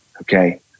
okay